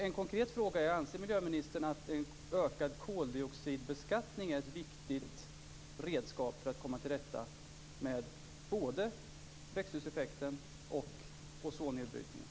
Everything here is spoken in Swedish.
En konkret fråga är: Anser miljöministern att en ökad koldioxidbeskattning är ett viktigt redskap för att komma till rätta med både växthuseffekten och ozonnedbrytningen?